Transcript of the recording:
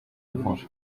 mvura